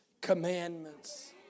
commandments